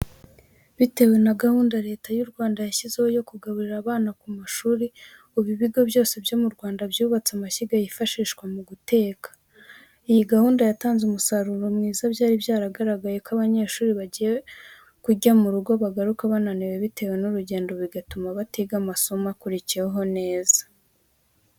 Bitewe na gahunda Leta y'u Rwanda yashyizeho yo kugaburira abana ku mashuri, ubu ibigo byose byo mu Rwanda byubatse amashyiga yifashishwa mu guteka. Iyi gahunda yatanze umusaruro mwiza, byari byaragaragaye ko iyo abanyeshuri bagiye kurya mu rugo bagaruka bananiwe bitewe n'urugendo bigatuma batiga amasomo akurikiyeho neza.